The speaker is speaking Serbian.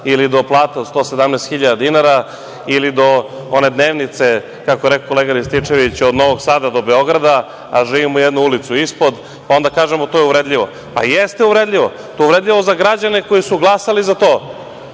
ili do plate od 117.000 dinara ili do one dnevnice, kako je rekao kolega Rističević, od Novog Sada do Beograda, a živimo jednu ulicu ispod. Onda kažemo - to je uvredljivo. Jeste uvredljivo, to je uvredljivo za građane koji su glasali za to.